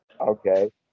Okay